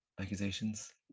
accusations